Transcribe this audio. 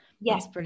Yes